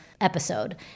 episode